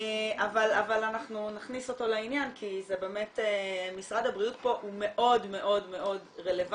אבל אנחנו נכניס אותו לעניין כי משרד הבריאות פה הוא מאוד מאוד רלבנטי,